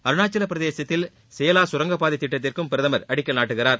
அருணாச்சலப் பிரதேசத்தில் சேலா சுரங்கப்பாதை திட்டத்திற்கும் பிரதமர் அடிக்கல் நாட்டுகிறார்